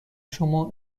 شما